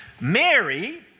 Mary